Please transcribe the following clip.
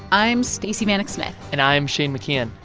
i'm stacey vanek smith and i'm shane mckeon.